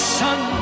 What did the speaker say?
sun